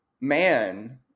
man